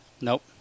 Nope